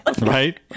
Right